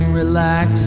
relax